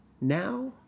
Now